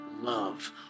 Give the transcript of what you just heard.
love